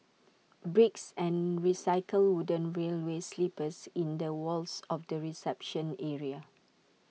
bricks and recycled wooden railway sleepers in the walls of the reception area